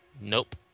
nope